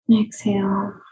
Exhale